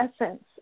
essence